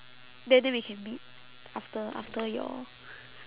then then we can meet after after your